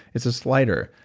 it's a slider.